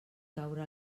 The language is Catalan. caure